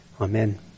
Amen